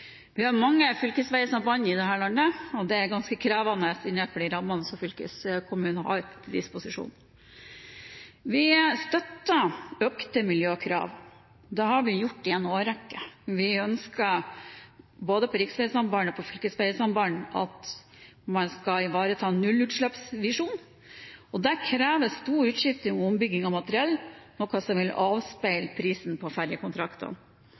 Vi har mange fylkesveisamband i dette landet, og det er ganske krevende innenfor rammene fylkeskommunene har til disposisjon. Vi støtter økte miljøkrav. Det har vi gjort i en årrekke. Vi ønsker både på riksveisamband og på fylkesveisamband at man skal ivareta nullutslippsvisjonen. Det krever stor utskifting og ombygging av materiell, noe som vil avspeile prisen på ferjekontraktene.